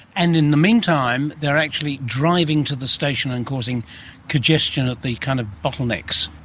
and in the meantime they are actually driving to the station and causing congestion at the kind of bottlenecks.